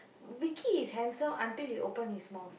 Vicky is handsome until he open his mouth